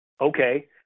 Okay